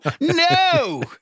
No